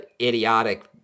idiotic